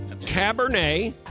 Cabernet